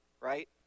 right